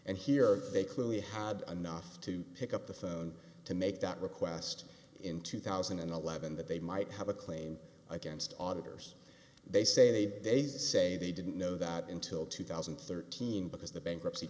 and here they clearly had enough to pick up the phone to make that request in two thousand and eleven that they might have a claim against auditors they say they say they didn't know that until two thousand and thirteen because the bankruptcy